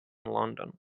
london